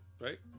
right